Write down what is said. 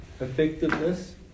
effectiveness